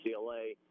UCLA